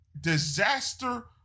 disaster